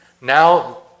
Now